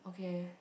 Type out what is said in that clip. okay